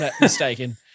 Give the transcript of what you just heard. mistaken